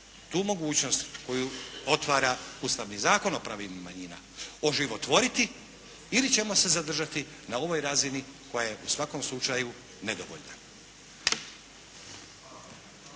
tu mogućnost koju otvara Ustavni zakon o pravima manjina oživotvoriti ili ćemo se zadržati na ovoj razini koja je u svakom slučaju nedovoljna.